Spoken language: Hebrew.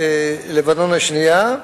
לבנון השנייה,